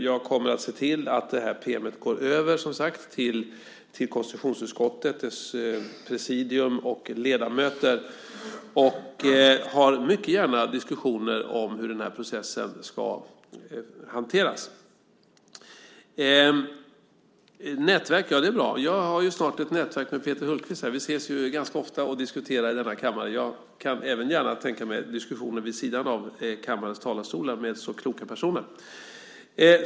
Jag kommer att se till att det här pm:et går över, som sagt, till konstitutionsutskottet, dess presidium och ledamöter, och jag har mycket gärna diskussioner om hur den här processen ska hanteras. Nätverk är bra. Jag har ju snart ett nätverk med Peter Hultqvist här. Vi ses ju ganska ofta och diskuterar i denna kammare. Jag kan även gärna tänka mig diskussioner vid sidan av kammarens talarstolar med så kloka personer.